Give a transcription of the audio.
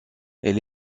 elle